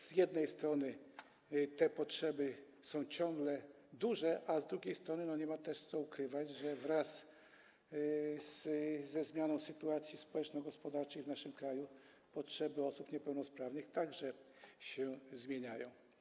Z jednej strony na pewno te potrzeby są ciągle duże, a z drugiej strony nie ma co ukrywać, że wraz ze zmianą sytuacji społeczno-gospodarczej w naszym kraju potrzeby osób niepełnosprawnych także się zmieniają.